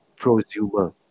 prosumer